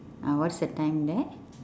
uh what's the time there